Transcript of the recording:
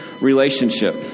relationship